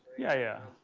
yeah,